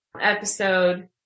episode